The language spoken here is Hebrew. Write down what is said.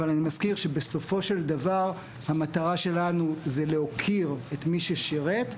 אבל אני מזכיר שבסופו של דבר המטרה שלנו זה להוקיר את מי ששירת,